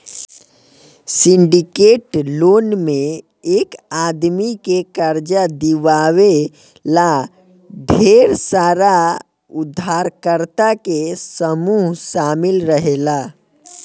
syndicate loan में एक आदमी के कर्जा दिवावे ला ढेर सारा उधारकर्ता के समूह शामिल रहेला